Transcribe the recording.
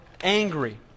angry